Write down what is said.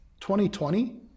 2020